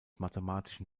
mathematischen